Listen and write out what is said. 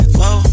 Whoa